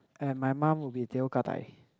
and my mum will be teh o gah-dai